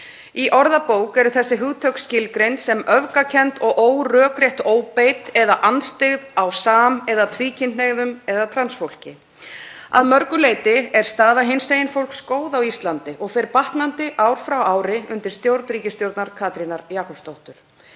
Í orðabók eru þessi hugtök skilgreind sem öfgakennd og órökrétt óbeit eða andstyggð á sam- eða tvíkynhneigðum eða trans fólki. Að mörgu leyti er staða hinsegin fólks góð á Íslandi og fer batnandi ár frá ári undir stjórn ríkisstjórnar Katrínar Jakobsdóttur.